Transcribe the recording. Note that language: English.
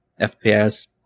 FPS